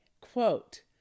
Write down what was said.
quote